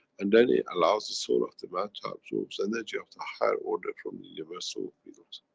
and then it allows the soul of the man to absorbs energy of the higher order from the universal fields.